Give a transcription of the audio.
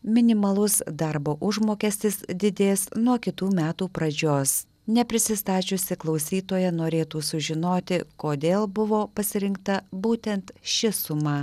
minimalus darbo užmokestis didės nuo kitų metų pradžios neprisistačiusi klausytoja norėtų sužinoti kodėl buvo pasirinkta būtent ši suma